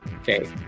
Okay